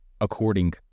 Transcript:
According